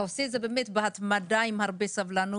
אתה עושה את זה באמת בהתמדה עם הרבה סבלנות,